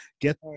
get